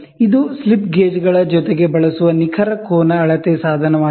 ಇದು ಸ್ಲಿಪ್ ಗೇಜ್ಗಳ ಜೊತೆಗೆ ಬಳಸುವ ನಿಖರ ಕೋನ ಅಳತೆ ಸಾಧನವಾಗಿದೆ